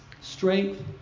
Strength